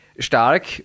Stark